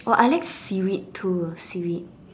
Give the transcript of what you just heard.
oh I like seaweed too seaweed